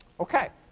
ok.